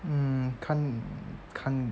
mm can't can't